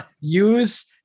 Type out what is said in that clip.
use